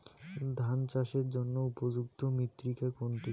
ধান চাষের জন্য উপযুক্ত মৃত্তিকা কোনটি?